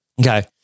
Okay